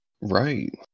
Right